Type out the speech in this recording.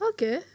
Okay